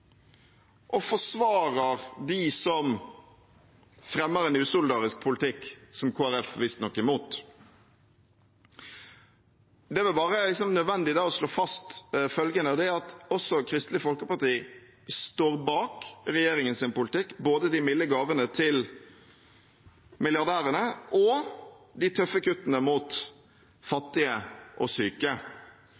og forsvarer dem som fremmer en usolidarisk politikk som Kristelig Folkeparti visstnok er imot. Det er vel bare nødvendig da å slå fast følgende: Det er at også Kristelig Folkeparti står bak regjeringens politikk, både de milde gavene til milliardærene og de tøffe kuttene mot